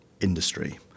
industry